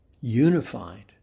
unified